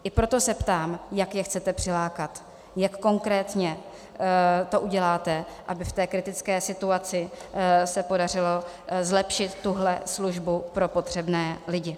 I proto se ptám, jak je chcete přilákat, jak konkrétně to uděláte, aby se v té kritické situaci podařilo zlepšit tuhle službu pro potřebné lidi.